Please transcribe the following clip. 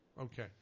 Okay